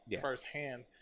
firsthand